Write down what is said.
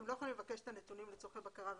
אתם לא יכולים לבקש את הנתונים לצורכי בקרה ואכיפה?